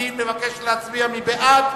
בעד?